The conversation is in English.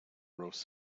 roast